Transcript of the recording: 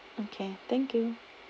okay thank you